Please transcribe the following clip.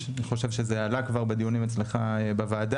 לתרבות,